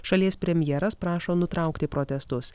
šalies premjeras prašo nutraukti protestus